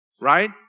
right